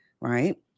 right